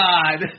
God